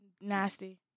Nasty